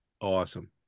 Awesome